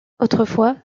autrefois